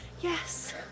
Yes